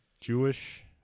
Jewish